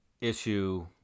Issue